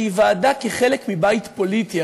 שהיא ועדה כחלק מבית פוליטי,